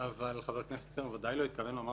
אבל חבר הכנסת שטרן בוודאי לא התכוון לומר